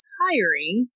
hiring